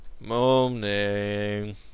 Morning